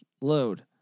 load